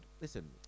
listen